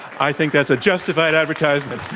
i think that's a justified advertisement.